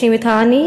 האשים את העניים.